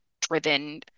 driven